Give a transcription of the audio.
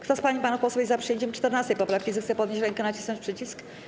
Kto z pań i panów posłów jest za przyjęciem 14. poprawki, zechce podnieść rękę i nacisnąć przycisk.